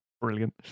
Brilliant